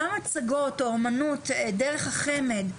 גם הצגות או אומנות דרך החמ"ד,